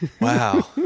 Wow